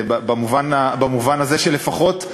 במובן הזה שלפחות,